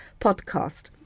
podcast